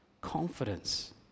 confidence